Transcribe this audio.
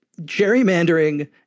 gerrymandering